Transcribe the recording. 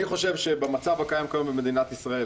אני חושב שבמצב הקיים היום במדינת ישראל,